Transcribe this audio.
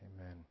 Amen